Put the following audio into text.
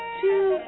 two